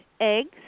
eggs